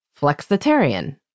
flexitarian